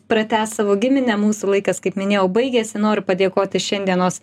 pratęst savo giminę mūsų laikas kaip minėjau baigėsi noriu padėkoti šiandienos